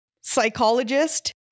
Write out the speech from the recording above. psychologist